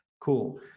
Cool